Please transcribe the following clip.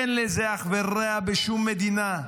אין לזה אח ורע בשום מדינה.